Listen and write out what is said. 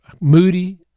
moody